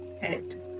head